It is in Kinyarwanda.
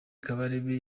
kabarebe